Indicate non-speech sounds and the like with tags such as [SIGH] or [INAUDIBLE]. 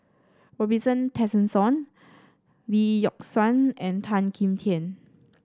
Robin [UNINTELLIGIBLE] Tessensohn Lee Yock Suan and Tan Kim Tian